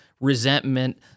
resentment